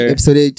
Episode